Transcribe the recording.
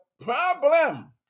problem